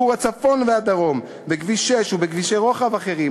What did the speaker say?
חיבור הצפון והדרום בכביש 6 ובכבישי רוחב אחרים.